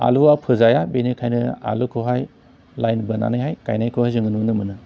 आलुआ फोजाया बेनिखायनो आलुखौहाय लाइन बोनानैहाय गायनायखौहाय जोङो नुनो मोनो